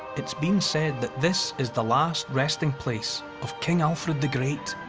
it's been said that this is the last resting place of king alfred the great.